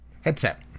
headset